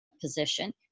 position